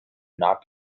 not